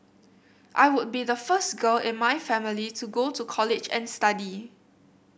I would be the first girl in my family to go to college and study